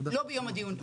לא ביום הדיון,